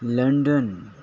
London